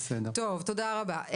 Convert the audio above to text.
תודה רבה.